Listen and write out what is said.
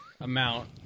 amount